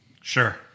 Sure